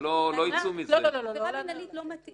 אם הבנו נכון אין